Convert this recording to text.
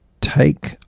take